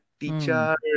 teacher